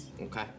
Okay